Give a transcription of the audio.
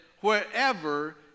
wherever